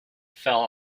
fell